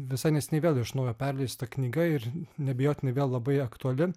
visai neseniai vėl iš naujo perleista knyga ir neabejotinai vėl labai aktuali